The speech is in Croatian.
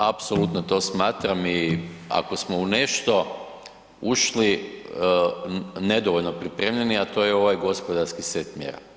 Apsolutno to smatram i ako smo u nešto ušli nedovoljno pripremljeni, a to je ovaj gospodarski set mjera.